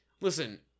Listen